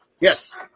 Yes